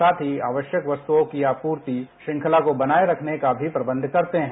उन्हें से अवश्यक वस्तुओं की आपूर्ति की श्रृंखला को बनाये रखने का भी प्रबंध करते हैं